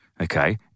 okay